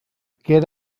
get